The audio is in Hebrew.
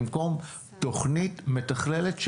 במקום תוכנית מתכללת,